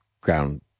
ground